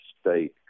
state